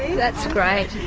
that's great.